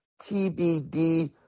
TBD